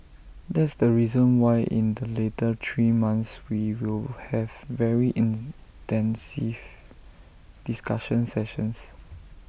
that's the reason why in the later three months we will have very intensive discussion sessions